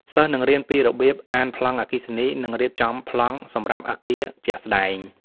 សិស្សនឹងរៀនពីរបៀបអានប្លង់អគ្គិសនី និងរៀបចំប្លង់សម្រាប់អគារជាក់ស្តែង។